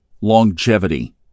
longevity